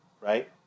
right